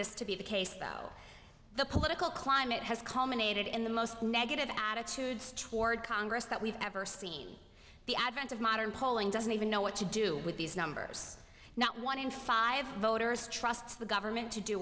this to be the case though the political climate has culminated in the most negative attitudes toward congress that we've ever seen the advent of modern polling doesn't even know what to do with these numbers not one in five voters trusts the government